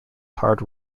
hard